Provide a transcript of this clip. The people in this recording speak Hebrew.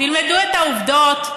תלמדו את העובדות.